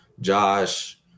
Josh